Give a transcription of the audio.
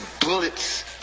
bullets